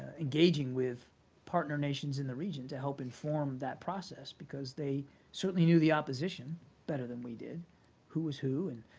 engaging with partner nations in the region to help inform that process because they certainly knew the opposition better than we did who was who, and